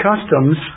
customs